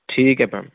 ਠੀਕ ਹੈ ਮੈਮ